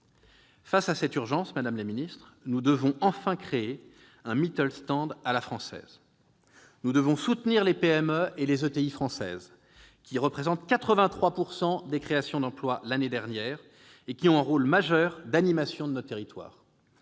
Face à cette urgence, madame la secrétaire d'État, nous devons enfin créer un à la française ! Nous devons soutenir les PME et ETI françaises, qui représentaient 83 % des créations d'emploi l'année dernière et qui jouent un rôle majeur d'animation de nos territoires.